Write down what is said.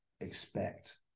expect